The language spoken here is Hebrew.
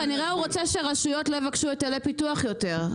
כנראה הוא רוצה שרשויות לא יבקשו היטלי פיתוח יותר.